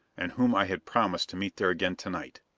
and whom i had promised to meet there again to-night!